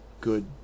good